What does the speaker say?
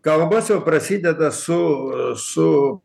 kalbos jau prasideda su su